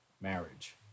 marriage